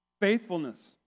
faithfulness